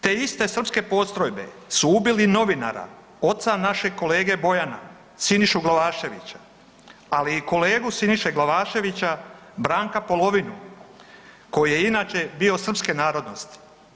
Te iste srpske postrojbe su ubili novinara, oca našeg kolege Bojana, Sinišu Glavaševića, ali i kolegu Siniše Glavaševića, Branka Polovinu, koji je inače bio srpske narodnosti.